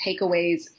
takeaways